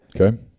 Okay